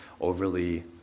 overly